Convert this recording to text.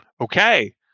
Okay